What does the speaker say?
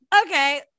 okay